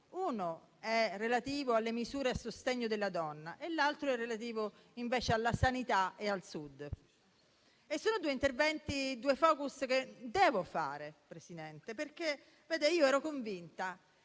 Uno è relativo alle misure a sostegno della donna e l'altro è relativo alla sanità e al Sud. Sono due interventi, due *focus*, che devo fare. Signor Presidente, io ero convinta